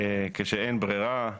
כשאין ברירה.